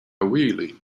wheelie